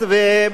וודאי,